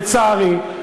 לצערי,